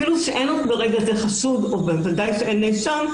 אפילו כשאין עוד ברגע זה חשוד ובוודאי שאין נאשם,